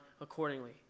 accordingly